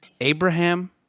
Abraham